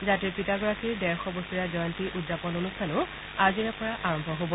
জাতিৰ পিতাগৰাকীৰ ডেৰশ বছৰীয়া জয়ন্তী উদযাপন অনুষ্ঠানো আজিৰে পৰা আৰম্ভ হ'ব